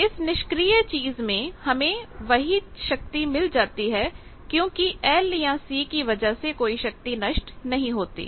तो इस निष्क्रिय चीज में हमें वही शक्ति मिल जाती है क्योंकि L या C की वजह से कोई शक्ति नष्ट नहीं होती